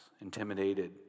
intimidated